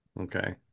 Okay